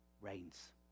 reigns